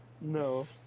No